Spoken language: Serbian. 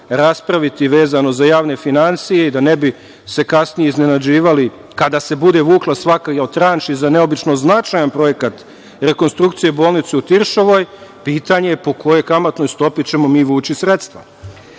raspraviti vezano za javne finansije i da se ne bi kasnije iznenađivali kada se bude vukla svaka od tranši za neobično značajan projekat rekonstrukcije bolnice u Tiršovoj, pitanje je po kojoj kamatnoj stopi ćemo mi vući sredstva? Kada